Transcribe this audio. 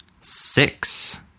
six